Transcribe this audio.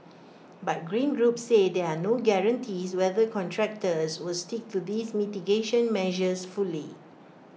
but green groups say there are no guarantees whether contractors will stick to these mitigation measures fully